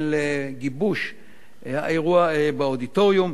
הן לגיבוש האירוע באודיטוריום.